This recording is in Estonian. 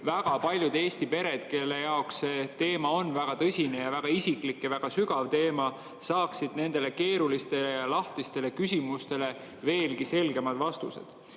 väga paljud Eesti pered, kelle jaoks see teema on väga tõsine ja väga isiklik ja väga sügav, saaksid nendele keerulistele ja lahtistele küsimustele veelgi selgemad vastused. Mis